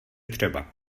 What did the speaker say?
třeba